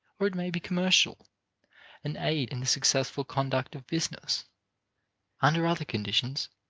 or it may be commercial an aid in the successful conduct of business under other conditions,